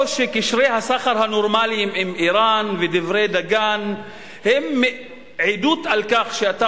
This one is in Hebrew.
או שקשרי הסחר הנורמליים עם אירן ודברי דגן הם עדות על כך שאתה